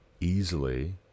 easily